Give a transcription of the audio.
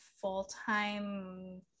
full-time